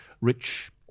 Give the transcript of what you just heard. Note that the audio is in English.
rich